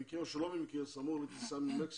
במקרה או שלא במקרה, סמוך לטיסה ממקסיקו